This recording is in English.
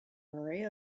murray